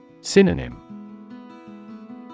Synonym